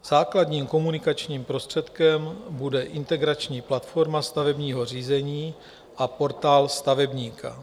Základním komunikačním prostředkem bude integrační platforma stavebního řízení a Portál stavebníka.